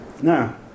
Now